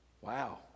Wow